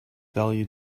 value